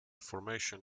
formation